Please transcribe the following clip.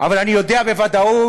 אבל אני יודע בוודאות